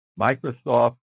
Microsoft